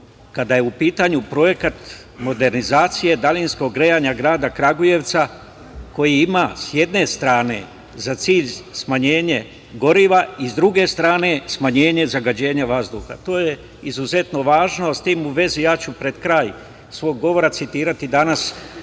kada je u pitanju projekat modernizacije daljinskog grejanja grada Kragujevca, koji ima sa jedne strane za cilj smanjenje goriva i sa druge strane, smanjenje zagađenja vazduha. To je izuzetno važno.S tim u vezi, ja ću pred kraj svog govora citirati danas